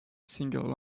singer